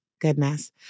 Goodness